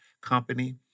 company